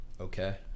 okay